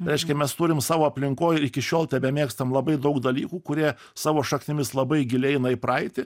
reiškia mes turim savo aplinkoj iki šiol tebemėgstam labai daug dalykų kurie savo šaknimis labai giliai eina į praeitį